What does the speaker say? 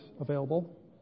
available